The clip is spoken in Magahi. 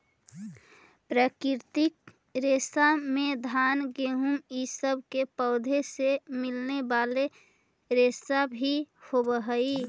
प्राकृतिक रेशा में घान गेहूँ इ सब के पौधों से मिलने वाले रेशा भी होवेऽ हई